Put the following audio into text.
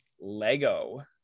Lego